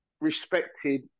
respected